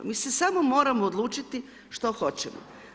Mi se samo moramo odlučiti što hoćemo.